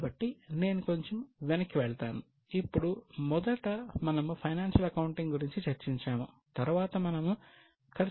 కాబట్టి నేను కొంచెం వెనక్కి వెళ్తాను ఇప్పుడు మొదట మనము ఫైనాన్షియల్ అకౌంటింగ్ గురించి చర్చించాము తరువాత మనము ఖర్చు అకౌంటింగ్ గురించి చర్చించాము